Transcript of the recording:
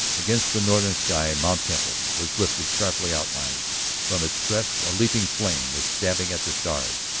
against the northern sky mt. temple was lifted sharply outlined from its crest a leaping flame was stabbing at the stars,